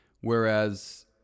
whereas